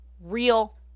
real